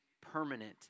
permanent